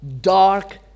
dark